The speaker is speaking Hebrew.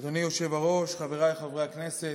אדוני היושב-ראש, חבריי חברי הכנסת,